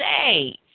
say